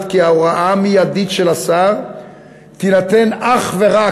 כי ההוראה המיידית של השר תינתן אך ורק,